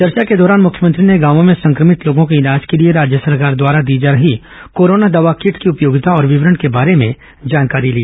चर्चा के दौरान मुख्यमंत्री ने गांवों में संक्रमित लोगों के इलाज के लिए राज्य सरकार द्वारा दी जा रही कोरोना दवा किट की उपयोगिता और वितरण के बारे में जानकारी ली